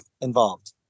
involved